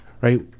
right